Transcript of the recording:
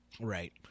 Right